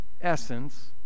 essence